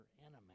enemy